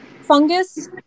fungus